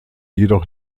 jedoch